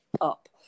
up